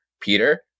Peter